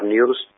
News